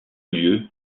lieu